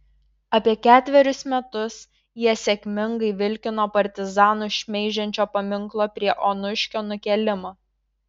apie ketverius metus jie sėkmingai vilkino partizanus šmeižiančio paminklo prie onuškio nukėlimą